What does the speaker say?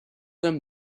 them